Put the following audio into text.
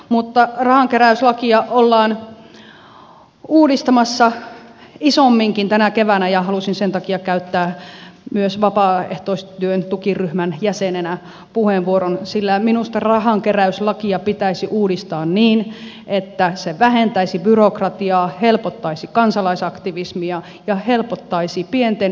mutta rahankeräyslakia ollaan uudistamassa isomminkin tänä keväänä ja halusin sen takia käyttää myös vapaaehtoistyön tukiryhmän jäsenenä puheenvuoron sillä minusta rahankeräyslakia pitäisi uudistaa niin että se vähentäisi byrokratiaa helpottaisi kansalaisaktivismia ja helpottaisi pienten yhdistysten toimintaa